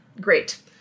Great